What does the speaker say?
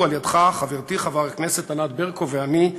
חברתי חברת הכנסת ענת ברקו ואני,